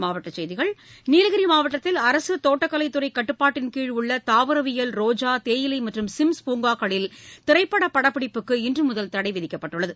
மாவட்டசெய்திகள் நீலகிரிமாவட்டத்தில் அரசுதோட்டக்கலைத் துறைகட்டுப்பாட்டின் கீழ் உள்ளதாவரவியல் ரோஜா தேயிலைமற்றும் சிம்ஸ் பூங்காக்களில் திரைப்படப்பிடிப்புக்கு இன்றுமுதல் தடைவிதிக்கப்பட்டுள்ளது